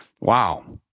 wow